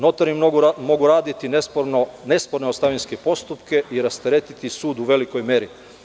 Notari mogu raditi nesporne ostavinske postupke i rasteretiti sud u velikoj meri.